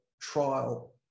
trial